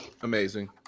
amazing